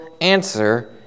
answer